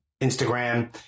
Instagram